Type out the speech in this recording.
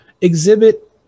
Exhibit